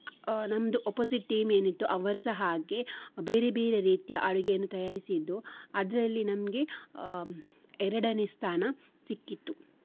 ನಮ್ಮದು ಅಪೋಸಿಟ್ ಟೀಮ್ ಏನಿತ್ತು ಅವರ್ಸಾ ಹಾಗೆ ಬೇರೆ ಬೇರೆ ರೀತಿಯ ಅಡುಗೆಯನ್ನು ತಯಾರಿಸಿದ್ದರು ಅದರಲ್ಲಿ ನಮಗೆ ಎರಡನೇ ಸ್ಥಾನ ಸಿಕ್ಕಿತ್ತು